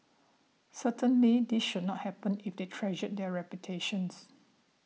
certainly that should not happen if they treasure their reputation